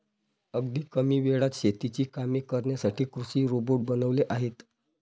अगदी कमी वेळात शेतीची कामे करण्यासाठी कृषी रोबोट बनवले आहेत